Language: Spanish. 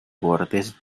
bordes